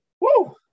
Woo